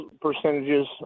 percentages